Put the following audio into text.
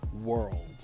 world